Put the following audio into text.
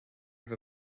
bhur